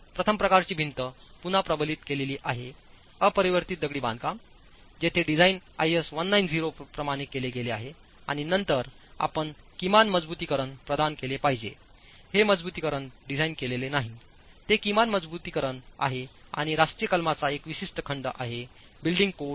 प्रथम प्रकारची भिंत पुन्हा प्रबलित केलेली आहे अपरिवर्तित दगडी बांधकाम जिथे डिझाइन आयएस IS 1905 प्रमाणे केले गेले आहे आणि नंतरआपण किमान मजबुतीकरण प्रदान केले पाहिजे हे मजबुतीकरण डिझाइन केलेले नाही ते किमान मजबुतीकरण आहे आणि राष्ट्रीय कलमचा एक विशिष्ट खंड आहे बिल्डिंग कोड 10